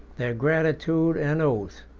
their gratitude, and oath,